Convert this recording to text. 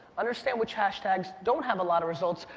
understand which hashtags don't have a lot of results,